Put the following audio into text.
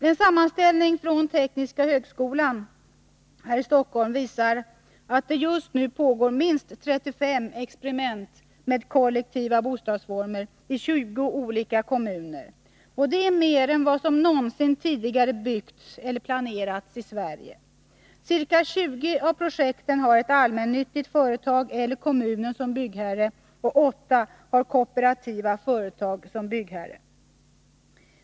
En sammanställning från Tekniska högskolan i Stockholm visar att det just nu pågår minst 35 experiment med kollektiva bostadsformer i 20 olika kommuner. Det är mer än vad som någonsin tidigare byggts eller planerats i Sverige. Ca 20 av projekten har ett allmännyttigt företag eller kommunen som byggherre, och 8 har kooperativa företag som byggherre.